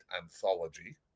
anthology